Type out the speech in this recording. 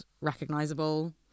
recognizable